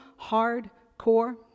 hardcore